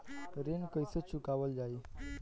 ऋण कैसे चुकावल जाई?